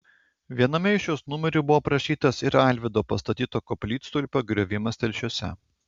viename iš jos numerių buvo aprašytas ir alvydo pastatyto koplytstulpio griovimas telšiuose